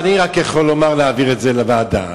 אני יכול להציע רק לוועדה.